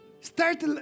Start